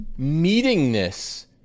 Meetingness